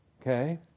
Okay